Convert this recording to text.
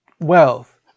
wealth